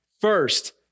First